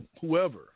whoever